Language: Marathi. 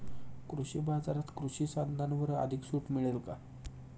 कृषी बाजारात कृषी साधनांवर अधिक सूट मिळेल का?